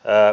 öö